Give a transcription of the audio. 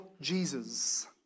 Jesus